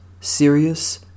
serious